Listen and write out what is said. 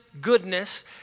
goodness